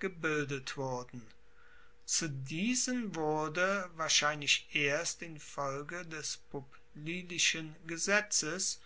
gebildet wurden zu diesen wurde wahrscheinlich erst infolge des publilischen gesetzes